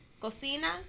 Cocina